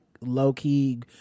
low-key